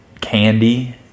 candy